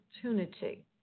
opportunity